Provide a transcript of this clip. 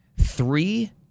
Three